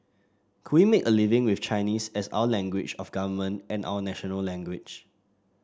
could we make a living with Chinese as our language of government and our national language